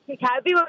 Happy